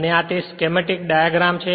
અને તે આ સ્કેમેટીક ડાયાગ્રામ માથી છે